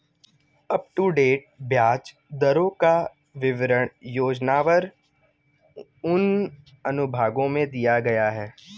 up to date ब्याज दरों का विवरण योजनावार उन अनुभागों में दिया गया है